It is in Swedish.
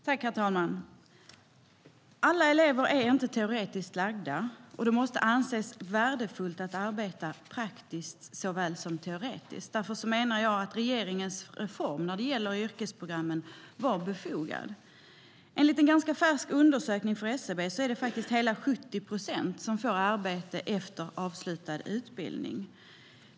Herr talman! Alla elever är inte teoretiskt lagda, och det måste anses värdefullt att arbeta praktiskt såväl som teoretiskt. Därför menar jag att regeringens reform när det gäller yrkesprogrammen var befogad. Enligt en ganska färsk undersökning från SCB får hela 70 procent arbete efter avslutad utbildning.